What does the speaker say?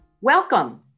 Welcome